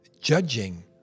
judging